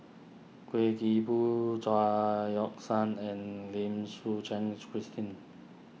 Kuik Boon Chao Yoke San and Lim Suchen Christine